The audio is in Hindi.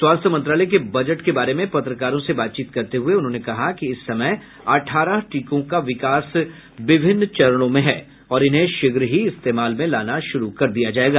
स्वास्थ्य मंत्रालय के बजट के बारे में पत्रकारों से बात करते हुए उन्होंने कहा कि इस समय अठारह टीकों का विकास विभिन्न चरणों में है और इन्हें शीघ्र ही इस्तेमाल में लाना शुरू किया जाएगा